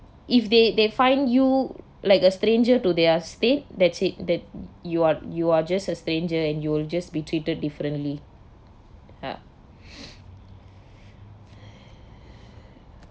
if they they find you like a stranger to their state that's it that you are you are just a stranger and you'll just be treated differently ya